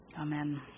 Amen